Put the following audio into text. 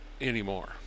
anymore